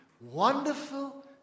wonderful